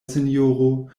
sinjoro